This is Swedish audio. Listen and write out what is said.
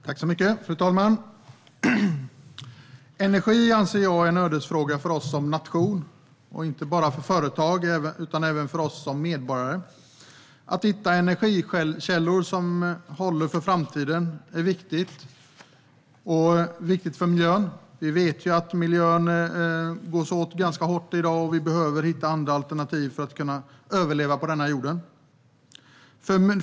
Fru talman! Jag anser att energi är en ödesfråga för Sverige som nation - inte bara för företag utan även för oss som medborgare. Att hitta energikällor som håller för framtiden är viktigt. Det är viktigt för miljön. Vi vet att man går åt miljön ganska hårt i dag, och vi behöver hitta andra alternativ för att kunna överleva på denna jord.